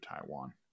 Taiwan